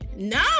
No